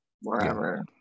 wherever